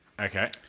Okay